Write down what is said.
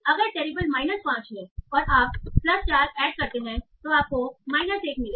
अगर terrible minus 5 है और आप प्लस 4 ऐड करते हैं तो आपको माइनस 1 मिलेगा